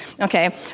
okay